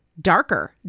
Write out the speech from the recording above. Darker